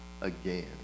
again